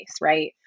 right